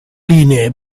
linee